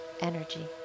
energy